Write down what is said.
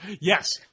Yes